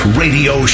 radio